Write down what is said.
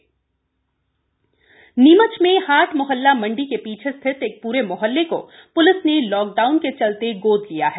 police सहायता नीमच में हाट मोहल्ला मंडी के पीछे स्थित एक प्रे मोहल्ले को पुलिस ने लॉक डाउन के चलते गोद लिया गया है